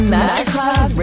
Masterclass